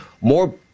more